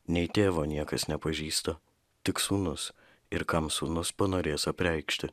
nei tėvo niekas nepažįsta tik sūnus ir kam sūnus panorės apreikšti